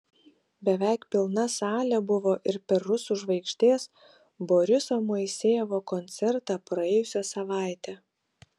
beveik pilna salė buvo ir per rusų žvaigždės boriso moisejevo koncertą praėjusią savaitę